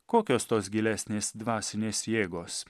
kokios tos gilesnės dvasinės jėgos